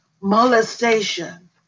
molestation